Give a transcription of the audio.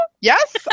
Yes